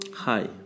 Hi